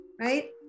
right